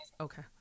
okay